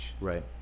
Right